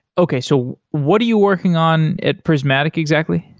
okay. so what are you working on at prysmatic exactly?